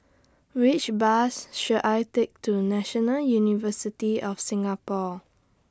Which Bus should I Take to National University of Singapore